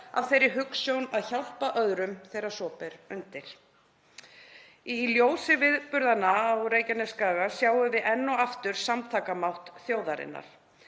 af þeirri hugsjón að hjálpa öðrum þegar svo ber undir. Í ljósi viðburðanna á Reykjanesskaga sjáum við enn og aftur samtakamátt þjóðarinnar.